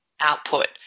output